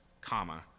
comma